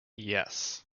yes